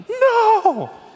no